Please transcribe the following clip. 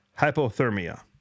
hypothermia